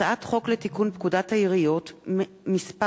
הצעת חוק לתיקון פקודת העיריות (מס'